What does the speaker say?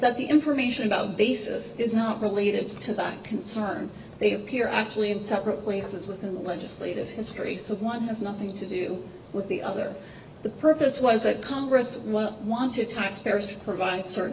that the information about bases is not related to that concern they appear actually in separate places within the legislative history so one has nothing to do with the other the purpose was that congress well wanted time scarce to provide certain